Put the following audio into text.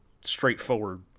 straightforward